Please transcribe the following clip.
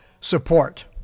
support